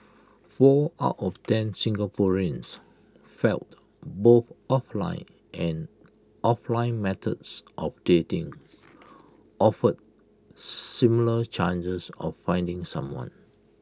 four out of ten Singaporeans felt both offline and offline methods of dating offered similar chances of finding someone